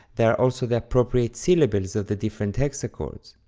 there are also the appropriate syllables of the different hexachords.